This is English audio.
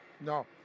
No